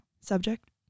subject